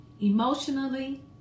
Emotionally